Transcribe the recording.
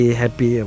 happy